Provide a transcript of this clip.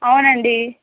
అవునండి